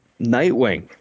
Nightwing